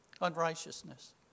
unrighteousness